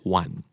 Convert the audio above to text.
one